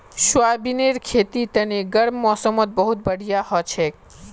सोयाबीनेर खेतीर तने गर्म मौसमत बहुत बढ़िया हछेक